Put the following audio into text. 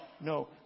no